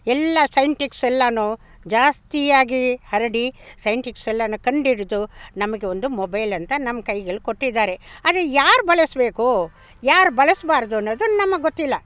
ಎಲ್ಲ ಸೈಂಟಿಕ್ಸ್ ಎಲ್ಲವೂ ಜಾಸ್ತಿಯಾಗಿ ಹರಡಿ ಸೈಂಟಿಕ್ಸ್ ಎಲ್ಲಾನ ಕಂಡಿಡ್ದು ನಮಗೆ ಒಂದು ಮೊಬೈಲ್ ಅಂತ ನಮ್ಮ ಕೈಗಳ್ಗೆ ಕೊಟ್ಟಿದ್ದಾರೆ ಆದರೆ ಯಾರು ಬಳಸ್ಬೇಕು ಯಾರು ಬಳಸ್ಬಾರದು ಅನ್ನೋದು ನಮಗೆ ಗೊತ್ತಿಲ್ಲ